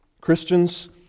Christians